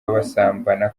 basambana